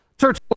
Church